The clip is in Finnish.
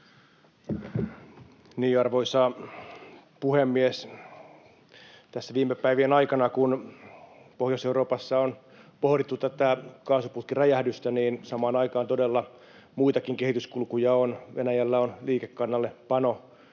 Arvoisa puhemies! Tässä viime päivien aikana, kun Pohjois-Euroopassa on pohdittu tätä kaasuputkiräjähdystä, samaan aikaan todella muitakin kehityskulkuja on. Venäjällä on liikekannallepano